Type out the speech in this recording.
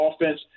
offense